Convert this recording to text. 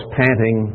panting